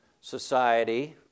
society